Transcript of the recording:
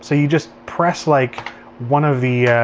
so you just press like one of the